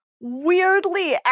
weirdly